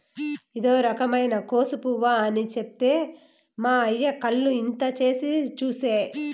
ఇదో రకమైన కోసు పువ్వు అని చెప్తే మా అయ్య కళ్ళు ఇంత చేసి చూసే